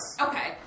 Okay